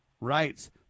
rights